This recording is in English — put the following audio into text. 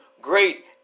great